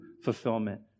fulfillment